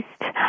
east